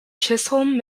chisholm